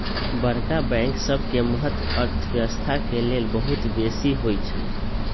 बड़का बैंक सबके महत्त अर्थव्यवस्था के लेल बहुत बेशी होइ छइ